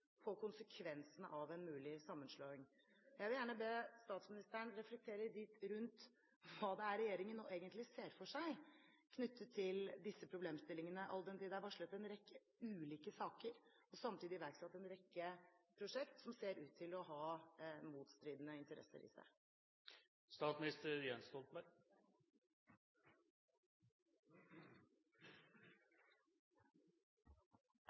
konsekvensene av en mulig sammenslåing. Jeg vil gjerne be statsministeren reflektere litt rundt hva det er regjeringen nå egentlig ser for seg knyttet til disse problemstillingene, all den tid det er varslet en rekke ulike saker og samtidig iverksatt en rekke prosjekter som ser ut til å ha motstridende interesser i